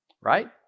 Right